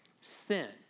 Sin